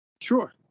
Sure